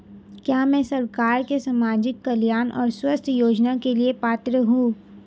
क्या मैं सरकार के सामाजिक कल्याण और स्वास्थ्य योजना के लिए पात्र हूं?